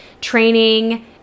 training